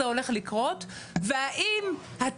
אני חושבת שזה יהיה אסון גדול מאוד אם נוציא את זה,